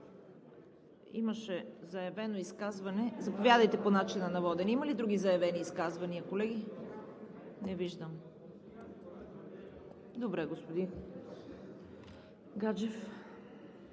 Имаше заявено изказване… Заповядайте, по начина на водене. Има ли други заявени изказвания, колеги? Не виждам. РУМЕН ГЕОРГИЕВ